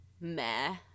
meh